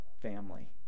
family